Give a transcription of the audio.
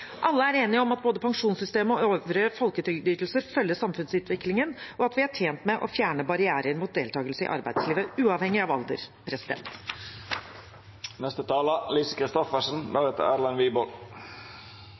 Alle er enige om at både pensjonssystemet og øvrige folketrygdytelser følger samfunnsutviklingen, og at vi er tjent med å fjerne barrierer mot deltakelse i arbeidslivet, uavhengig av alder.